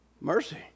Mercy